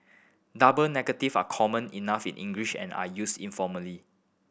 double negative are common enough in English and are used informally